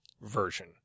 version